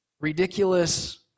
ridiculous